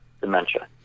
dementia